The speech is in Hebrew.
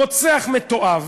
רוצח מתועב,